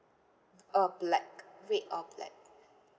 uh black red or black